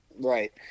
Right